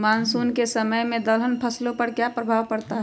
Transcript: Monsoon के समय में दलहन फसलो पर क्या प्रभाव पड़ता हैँ?